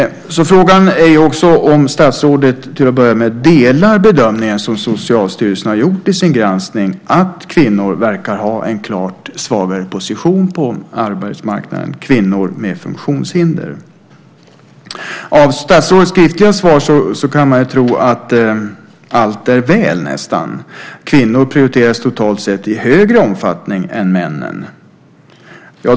Jag undrar därför om statsrådet delar den bedömning som Socialstyrelsen gjort i sin granskning, nämligen att kvinnor med funktionshinder verkar ha en klart svagare position på arbetsmarknaden. Av statsrådets skriftliga svar kan man tro att nästan allt är väl. Kvinnor prioriteras totalt sett i högre omfattning än männen.